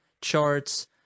charts